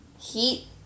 heat